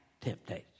temptation